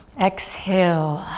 exhale.